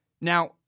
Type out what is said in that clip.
Now